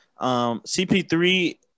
CP3